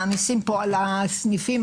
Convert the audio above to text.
מעמיסים פה על הסניפים,